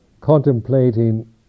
Contemplating